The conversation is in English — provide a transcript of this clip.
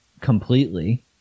completely